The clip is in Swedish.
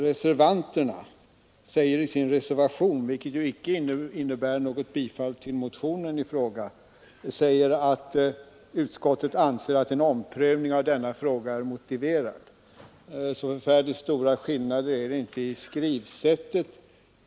Reservanterna skriver i sin reservation — vilken ju icke innebär något tillstyrkande av motionen — att utskottets yttrande i denna del borde ha gått ut på att en omprövning av frågan är motiverad. Så förfärligt stora skillnader är det alltså inte i skrivsättet.